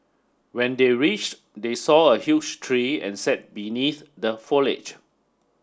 when they reached they saw a huge tree and sat beneath the foliage